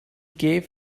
gave